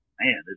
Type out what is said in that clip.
Man